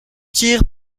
tir